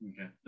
Okay